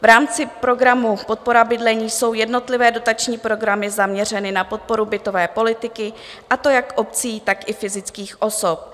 V rámci programu Podpora bydlení jsou jednotlivé dotační programy zaměřeny na podporu bytové politiky, a to jak obcí, tak i fyzických osob.